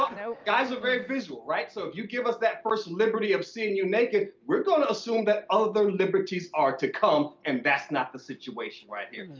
um you know guys are very visual, right? so if you give us that first liberty of seeing you naked, we're going to assume that other liberties are to come and that's not the situation right here.